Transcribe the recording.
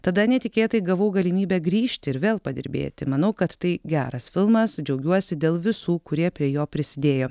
tada netikėtai gavau galimybę grįžti ir vėl padirbėti manau kad tai geras filmas džiaugiuosi dėl visų kurie prie jo prisidėjo